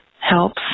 helps